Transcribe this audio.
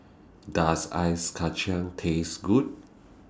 Does Ice Kacang Taste Good